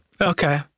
Okay